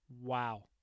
Wow